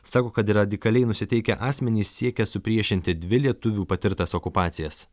sako kad radikaliai nusiteikę asmenys siekia supriešinti dvi lietuvių patirtas okupacijas